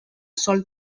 sòl